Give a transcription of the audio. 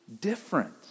different